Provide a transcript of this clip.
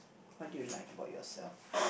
what do you like about yourself